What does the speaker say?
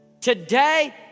Today